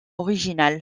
originale